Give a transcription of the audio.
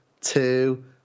two